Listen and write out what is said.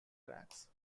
tracks